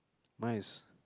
my is